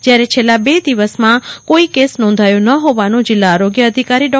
જયારે છેલ્લા બે દિવસમાં કોઈ કેસ નોંધાયો ફોવાનું જીલ્લા આરોગ્ય અધિકારી ડો